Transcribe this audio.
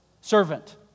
servant